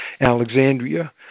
Alexandria